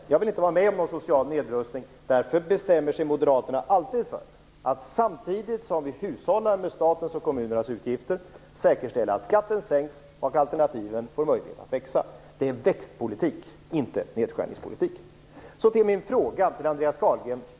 Vi vill inte vara med om någon social nedrustning. Därför bestämmer sig Moderaterna alltid för att, samtidigt som vi hushållar med statens och kommunernas utgifter, säkerställa att skatten sänks och att alternativen får möjlighet att växa. Det är växtpolitik, inte nedskärningspolitik. Så till min fråga.